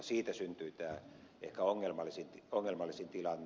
siitä syntyi tämä ehkä ongelmallisin tilanne